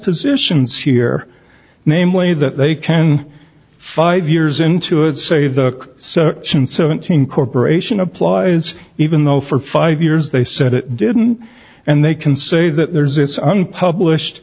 positions here namely that they can five years into it say the section seventeen corporation applies even though for five years they said it didn't and they can say that there's this unpublished